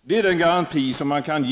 Det är den garanti som ett parti kan